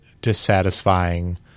dissatisfying